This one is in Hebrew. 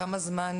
כמה זמן